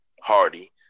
Hardy